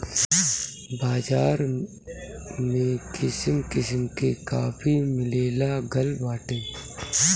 बाज़ार में किसिम किसिम के काफी मिलेलागल बाटे